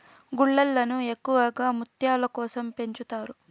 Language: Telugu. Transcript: గుల్లలను ఎక్కువగా ముత్యాల కోసం పెంచుతారు